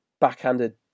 backhanded